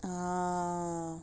ah